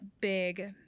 big